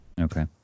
Okay